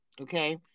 okay